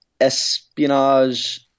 Espionage